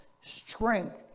strength